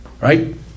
Right